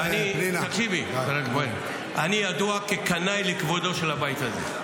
לא, בואי, אני ידוע כקנאי לכבודו של הבית הזה.